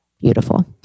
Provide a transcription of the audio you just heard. Beautiful